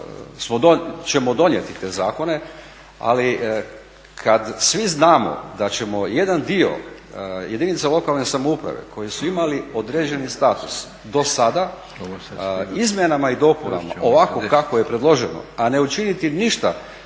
ćemo donijeti te zakone ali kada svi znamo da ćemo jedan dio jedinica lokalne samouprave koje su imale određeni status do sada izmjenama i dopunama ovako kako je predloženo a ne učiniti ništa